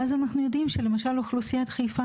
ואז אנחנו יודעים שלמשל אוכלוסיית חיפה